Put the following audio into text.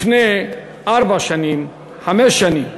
לפני ארבע שנים, חמש שנים,